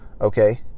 okay